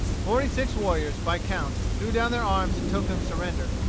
forty-six warriors, by count, threw down their arms in token of surrender,